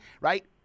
right